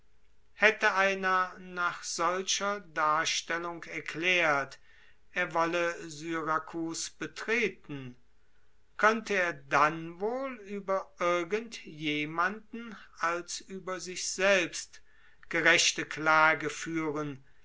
hätte einer nach solcher darstellung erklärt er wolle syrakus betreten könnte er dann wohl über irgend jemanden als über sich selbst gerechte klage führen